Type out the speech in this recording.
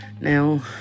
Now